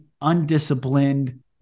undisciplined